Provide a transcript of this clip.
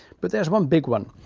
but there's one big one.